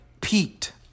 peaked